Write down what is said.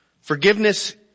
Forgiveness